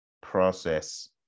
process